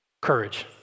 Courage